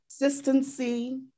Consistency